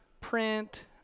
print